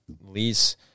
lease